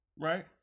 right